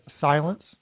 silence